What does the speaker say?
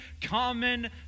common